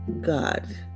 God